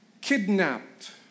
kidnapped